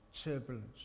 turbulence